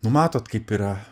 nu matot kaip yra